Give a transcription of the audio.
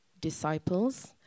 disciples